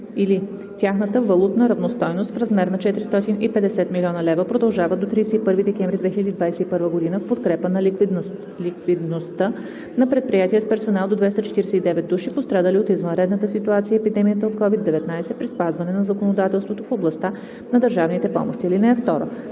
тяхната валутна равностойност, в размер на 450 млн. лв. продължават до 31 декември 2021 г. в подкрепа на ликвидността на предприятия с персонал до 249 души, пострадали от извънредната ситуация и епидемията от COVID-19, при спазване на законодателството в областта на държавните помощи.